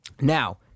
Now